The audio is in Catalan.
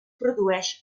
produeix